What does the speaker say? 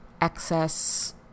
excess